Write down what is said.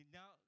now